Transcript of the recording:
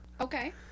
okay